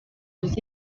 uzi